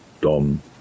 Dom